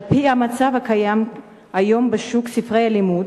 על-פי המצב הקיים היום בשוק ספרי הלימוד,